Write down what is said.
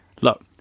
Look